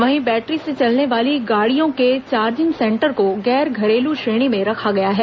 वहीं बैटरी से चलने वाली गाड़ियों के चार्जिंग सेंटर को गैर घरेलू श्रेणी में रखा गया है